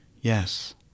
yes